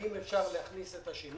האם אפשר להכניס את השינוי,